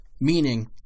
Meaning